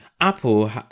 Apple